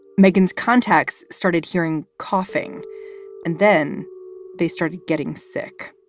megan's contacts started hearing coughing and then they started getting sick